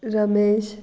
Ramesh